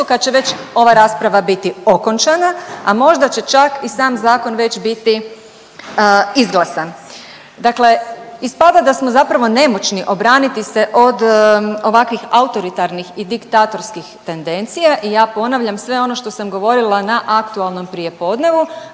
kad će ova rasprava biti okončana, a možda će čak i sam zakon već biti izglasan. Dakle ispada da smo zapravo nemoćni obraniti se od ovakvih autoritarnih i diktatorskih tendencija i ja ponavljam sve ono što sam govorila na aktualnom prijepodnevu,